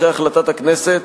אחרי החלטת הכנסת,